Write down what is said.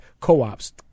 co-ops